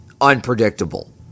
unpredictable